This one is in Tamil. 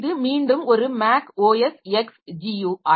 இது மீண்டும் ஒரு மேக் ஓஎஸ் எக்ஸ் GUI